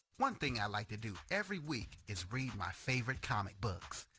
one thing i like to do every week is read my favorite comic books.